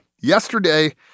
yesterday